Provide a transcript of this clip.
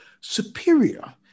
superior